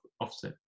offset